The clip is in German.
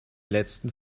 letzten